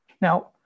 Now